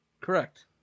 Correct